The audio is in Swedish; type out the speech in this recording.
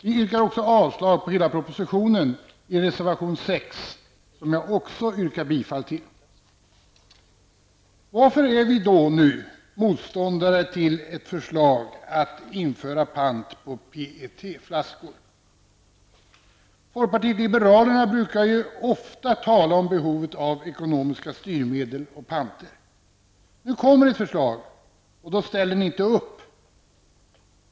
Vi yrkar också avslag på hela propositionen i reservation 6, som jag också yrkar bifall till. Varför är vi då motståndare till ett förslag att införa pant på PET-flaskor? Folkpartiet liberalerna brukar ju ofta tala om behovet av ekonomiska styrmedel och panter. Nu kommer det ett förslag -- men då ställer ni inte upp!